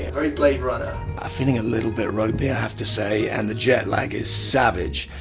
ah very blade runner. i'm feeling a little bit ropey i have to say, and the jet lag is savage.